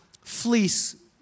fleece